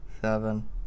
seven